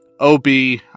OB